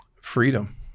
freedom